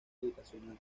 educacional